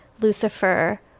Lucifer